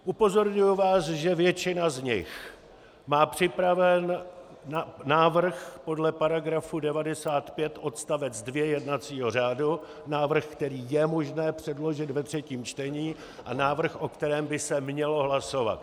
Upozorňuji vás, že většina z nich má připraven návrh podle § 95 odst. 2 jednacího řádu, návrh, který je možné předložit ve třetím čtení, a návrh, o kterém by se mělo hlasovat.